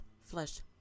flush